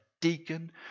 deacon